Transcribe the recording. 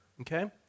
Okay